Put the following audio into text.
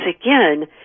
again